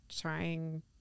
trying